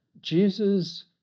Jesus